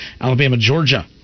Alabama-Georgia